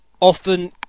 often